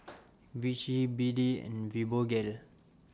Vichy B D and Fibogel